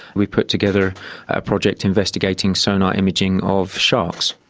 we put together a project investigating sonar imaging of sharks.